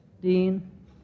Dean